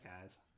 guys